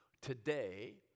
Today